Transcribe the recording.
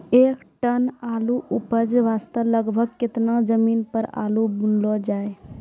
एक टन आलू के उपज वास्ते लगभग केतना जमीन पर आलू बुनलो जाय?